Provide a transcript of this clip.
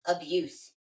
abuse